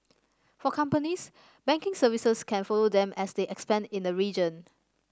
for companies banking services can follow them as they expand in the region